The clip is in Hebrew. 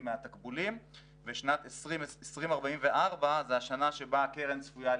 מהתקבולים ושנת 2044 זה השנה שבה הקרן צפויה להתרוקן.